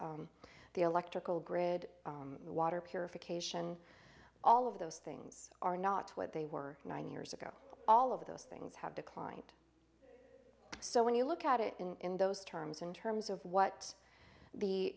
the electrical grid water purification all of those things are not what they were nine years ago all of those things have declined so when you look at it in those terms in terms of what the